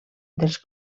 dels